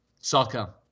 soccer